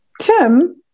Tim